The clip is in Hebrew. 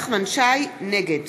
נגד